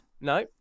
No